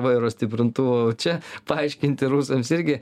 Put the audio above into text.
vairo stiprintuvo čia paaiškinti rusams irgi